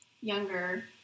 younger